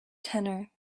tenor